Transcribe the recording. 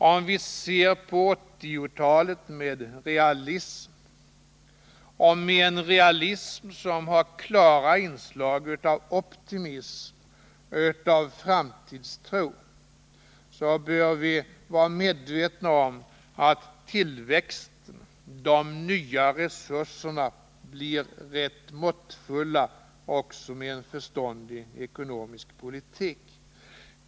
Om vi ser på 1980-talet med realism, en realism som har klara inslag av optimism och av en framtidstro, så bör vi vara medvetna om att tillväxten — de nya resurserna — blir rätt måttfull också med en förståndig ekonomisk politik.